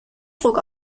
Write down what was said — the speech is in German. druck